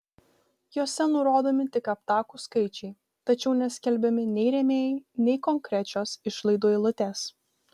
jose nurodomi tik aptakūs skaičiai tačiau neskelbiami nei rėmėjai nei konkrečios išlaidų eilutės